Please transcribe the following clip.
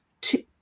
two